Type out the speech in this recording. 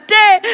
day